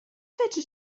fedri